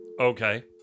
Okay